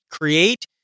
Create